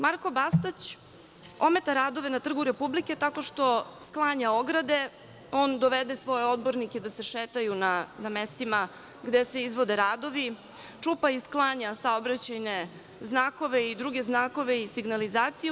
Marko Bastać ometa radove na Trgu Republike tako što sklanja ograde, on dovede svoje odbornike da se šetaju na mestima gde se izvode radovi, čupa i sklanja saobraćajne znakove i druge znakove i signalizaciju.